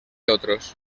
otros